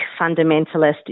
fundamentalist